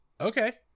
Okay